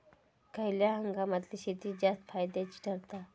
खयल्या हंगामातली शेती जास्त फायद्याची ठरता?